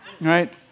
right